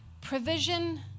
Provision